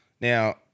Now